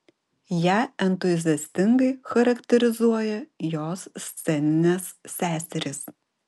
ją entuziastingai charakterizuoja jos sceninės seserys